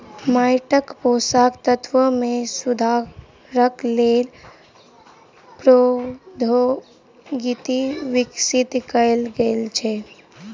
माइटक पोषक तत्व मे सुधारक लेल प्रौद्योगिकी विकसित कयल गेल छै